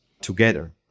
together